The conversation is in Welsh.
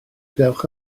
dewch